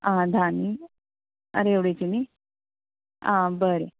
आ धा न्ही आ रेवडीची न्ही आ बरें